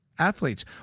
Athletes